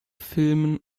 filmen